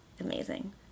Amazing